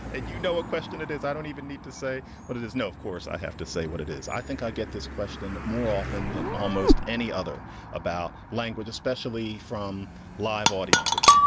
and you know a question. it is i don't even need to say what it is. no, of course i have to say what it is. i think i get this question more often than almost any other about language, especially from live audiences.